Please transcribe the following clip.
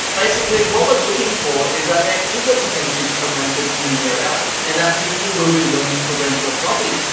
basically, what we are looking for is that there is a percentage of renters in the area and that people will be willing to rent your property.